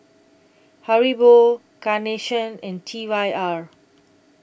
Haribo Carnation and T Y R